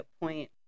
point